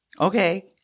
Okay